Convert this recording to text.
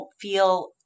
feel